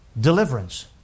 Deliverance